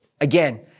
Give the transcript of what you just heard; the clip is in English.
Again